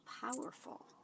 powerful